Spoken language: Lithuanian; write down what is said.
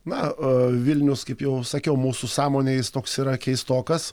na vilnius kaip jau sakiau mūsų sąmonėj jis toks yra keistokas